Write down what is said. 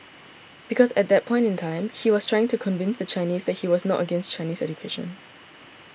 because at that point in time he was trying to convince the Chinese that he was not against Chinese education